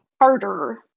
harder